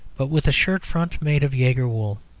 but with a shirt-front made of jaegar wool.